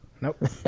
Nope